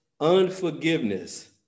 unforgiveness